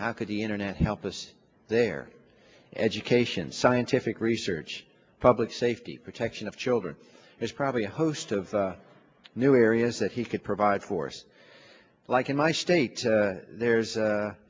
how could the internet help us there education scientific research public safety protection of children is probably a host of new areas that he could provide for us like in my state there's